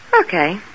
Okay